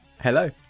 Hello